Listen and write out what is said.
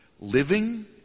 Living